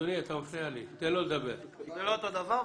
זה לא אותו דבר.